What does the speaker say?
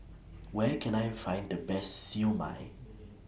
Where Can I Find The Best Siew Mai